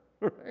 right